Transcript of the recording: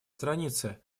странице